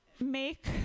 make